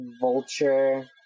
Vulture